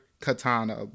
katana